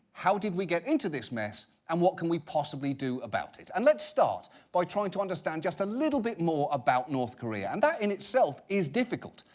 how did we get into this mess? and what can we possibly do about it? and let's start by trying to understand just a little bit more about north korea. and that in itself is difficult.